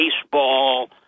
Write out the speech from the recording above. baseball